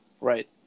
Right